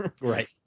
Right